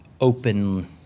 open –